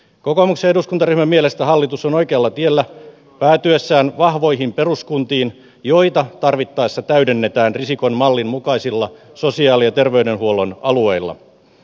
kokoomuksen eduskuntaryhmän mielestä hallitus on oikealla tiellä päätyessään vahvoihin peruskuntiin joita tarvittaessa täydennetään risikon mallin mukaisilla sosiaali ja terveydenhuollon alueilla